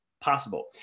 possible